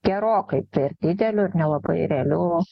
gerokai per dideliu ir nelabai realiu